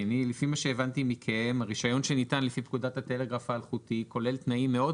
לפי מה שהבנתי מכם הרישיון שניתן לפי פקודת הטלגרף האלחוטי כולל תנאים מאוד